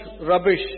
rubbish